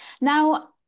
Now